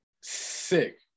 Sick